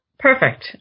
Perfect